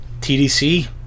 TDC